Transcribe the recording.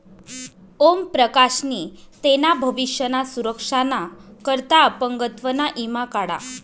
ओम प्रकाश नी तेना भविष्य ना सुरक्षा ना करता अपंगत्व ना ईमा काढा